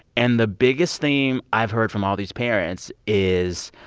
and the biggest theme i've heard from all these parents is,